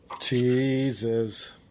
Jesus